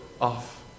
off